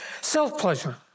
self-pleasure